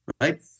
right